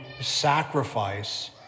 sacrifice